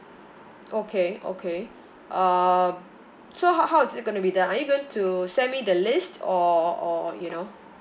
okay okay um so how how is it gonna be done are you going to send me the list or or you know